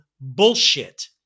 bullshit